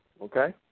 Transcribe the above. okay